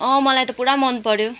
मलाई त पुरा मनपऱ्यो